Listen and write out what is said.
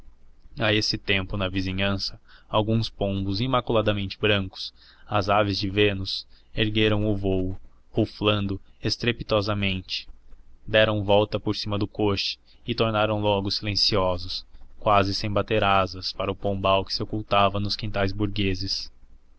a esse tempo na vizinhança alguns pombos imaculadamente brancos as aves de vênus ergueram o vôo ruflando estrepitosamente deram volta por cima do coche e tornaram logo silenciosos quase sem bater asas para o pombal que se ocultava nos quintais burgueses